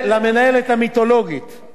של ועדת העבודה והרווחה,